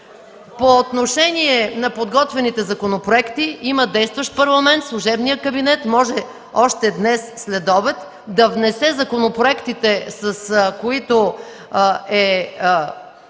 По отношение на подготвените законопроекти има действащ парламент, служебният кабинет може още днес следобед да внесе законопроектите, с които е